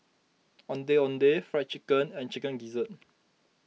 Ondeh Ondeh Fried Chicken and Chicken Gizzard